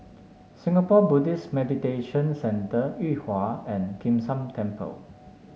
Singapore Buddhist Meditation Centre Yuhua and Kim San Temple